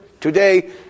today